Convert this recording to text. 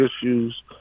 issues